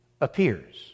appears